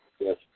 Yes